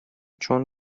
چون